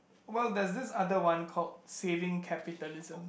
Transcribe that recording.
well there's this other one called Saving Capitalism